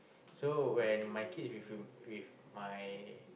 so when my kids with with my